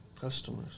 customers